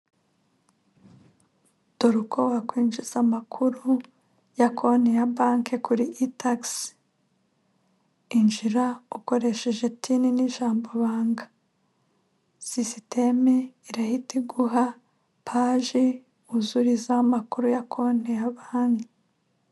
Dore uko wakwinjiza amakuru ya konti ya banki, kuri E-Tax, injira ukoresheje TIN n'ijambobanga, sisiteme irahita iguha paji wuzurizaho amakuru ya konte ya banki.